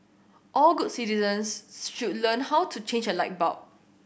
all good citizens should learn how to change a light bulb